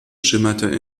schimmerte